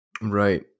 Right